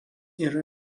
yra